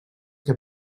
que